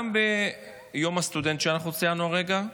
גם ביום הסטודנט שציינו הרגע,